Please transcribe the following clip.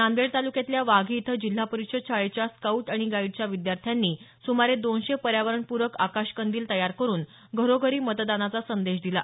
नांदेड तालुक्यातल्या वाघी इथं जिल्हा परिषद शाळेच्या स्काऊट आणि गाईडच्या विद्यार्थ्यांनी सुमारे दोनशे पर्यावरणप्रक आकाश कंदील तयार करून घरोघरी मतदानाचा संदेश दिला